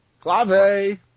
Clave